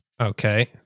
Okay